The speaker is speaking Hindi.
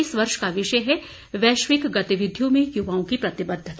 इस वर्ष का विषय है वैश्विक गतिविधियों में युवाओं की प्रतिबधता